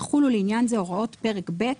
יחולו לעניין זה הוראות פרק ב'